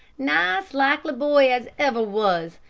nice, likely boy as ever was.